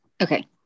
Okay